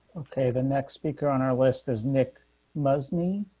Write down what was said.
ok, the next speaker on our list is nick muslim